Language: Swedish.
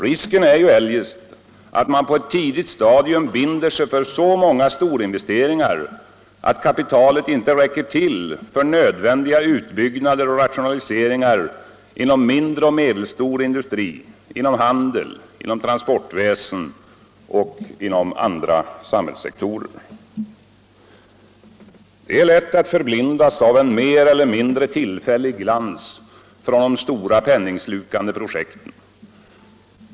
Risken är ju eljest att man på ett tidigt stadium binder sig för så många storinvesteringar, att kapitalet inte räcker till för nödvändiga utbyggnader och rationaliseringar inom mindre och medelstor industri, handel, transportväsen och andra samhällssektorer. | Det är lätt att förblindas av en mer eller mindre tillfällig glans från de stora, penningslukande projekten.